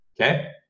okay